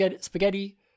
spaghetti